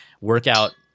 workout